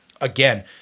again